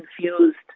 confused